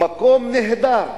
מקום נהדר.